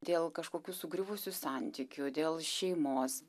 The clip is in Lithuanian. dėl kažkokių sugriuvusių santykių dėl šeimos